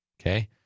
Okay